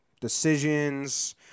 Decisions